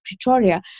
Pretoria